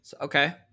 Okay